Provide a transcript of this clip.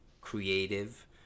creative